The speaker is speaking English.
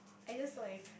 I just saw it